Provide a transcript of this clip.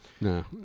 No